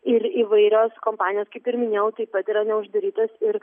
ir įvairios kompanijos kaip ir minėjau taip pat yra neuždarytos ir